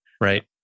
Right